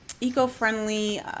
eco-friendly